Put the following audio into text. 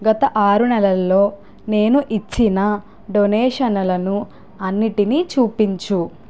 గత ఆరు నెలల్లో నేను ఇచ్చిన డొనేషనలను అన్నిటినీ చూపించు